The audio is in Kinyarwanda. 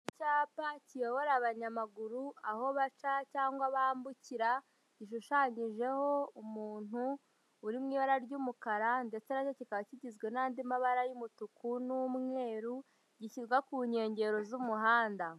Icyapa kiyobora abanyamaguru aho baca cyangwa bambukira, gishushanyijeho umuntu uri mu ibara ry'umukara, ndetse na cyo kikaba kigizwe n'andi mabara y'umutuku n'umweru, gishyirwa ku nkengero z'umuhanda.